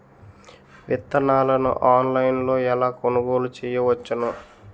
విత్తనాలను ఆన్లైన్లో ఎలా కొనుగోలు చేయవచ్చున?